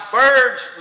bird's